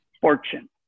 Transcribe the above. fortune